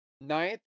Ninth